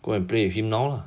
go and play with him now lah